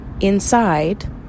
inside